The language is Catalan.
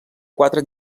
quatre